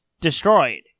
destroyed